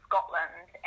Scotland